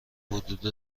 حدود